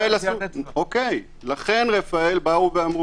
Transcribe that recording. לכן רפאל אמרו